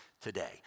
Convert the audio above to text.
today